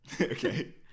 Okay